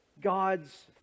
God's